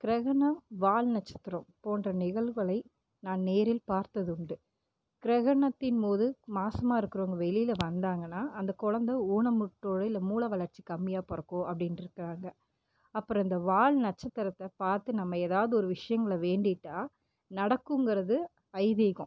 கிரகண வால்நட்சத்திரம் போன்ற நிகழ்வுகளை நான் நேரில் பார்த்ததுண்டு கிரகணத்தின் போது மாசமாக இருக்கிறவங்க வெளியில் வந்தாங்கன்னா அந்த குழந்த ஊனமுற்றோ இல்லை மூளைவளர்ச்சி கம்மியாக பிறக்கும் அப்படின்ட்ருக்காங்க அப்புறம் இந்த வால்நட்சத்திரத்தை பார்த்து நம்ம ஏதாவது ஒரு விஷயங்கள வேண்டிகிட்டா நடக்கிங்குறது ஐதீகம்